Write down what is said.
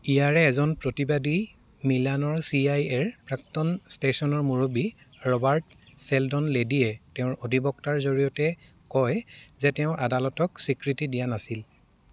ইয়াৰে এজন প্ৰতিবাদী মিলানৰ চি আই এৰ প্ৰাক্তন ষ্টেচনৰ মুৰব্বী ৰবাৰ্ট ছেলডন লেডীয়ে তেওঁৰ অধিবক্তাৰ জৰিয়তে কয় যে তেওঁ আদালতক স্বীকৃতি দিয়া নাছিল